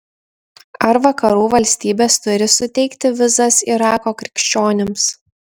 ar vakarų valstybės turi suteikti vizas irako krikščionims